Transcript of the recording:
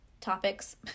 topics